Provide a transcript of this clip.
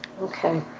Okay